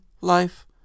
life